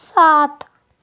سات